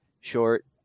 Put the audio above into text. short